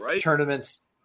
tournaments